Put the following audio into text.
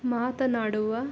ಮಾತನಾಡುವ